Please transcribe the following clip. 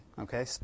okay